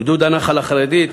גדוד הנח"ל החרדי.